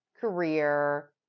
career